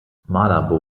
malabo